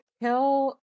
kill